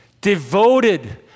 devoted